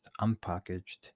unpackaged